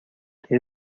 que